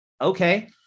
okay